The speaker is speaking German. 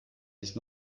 sich